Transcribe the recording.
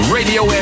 Radio